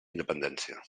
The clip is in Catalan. independència